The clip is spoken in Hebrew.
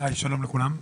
שלום לכולם.